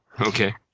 Okay